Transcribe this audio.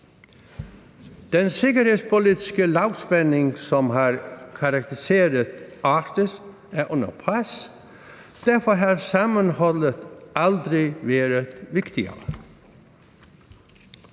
Den sikkerhedspolitiske lavspænding, som har karakteriseret Arktis, er under pres, og derfor har sammenholdet aldrig været vigtigere.